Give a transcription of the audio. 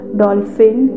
dolphin